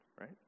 right